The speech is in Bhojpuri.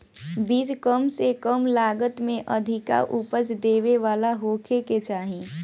बीज कम से कम लागत में अधिका उपज देवे वाला होखे के चाही